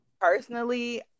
personally